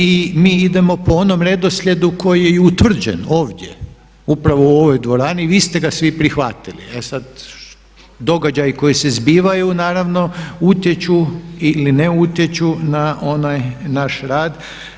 I mi idemo po onom redoslijedu koji je utvrđen ovdje, upravo u ovoj dvorani i vi ste ga svi prihvatili, e sad događaji koji se zbivaju naravno utječu ili ne utječu na onaj naš rad.